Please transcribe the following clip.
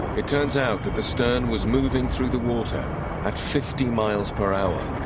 it turns out that the stern was moving through the water at fifty miles per hour